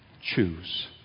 choose